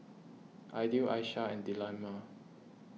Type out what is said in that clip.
Aidil Aishah and Delima